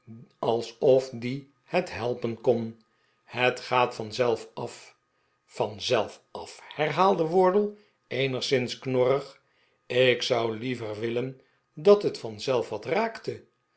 alsof die het helpen kon het gaat vanzelf af vanzelf af herhaalde wardle eenigszins knorrig ik zou liever willen dat het vanzelf wat raakte